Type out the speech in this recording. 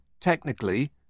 technically